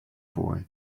boy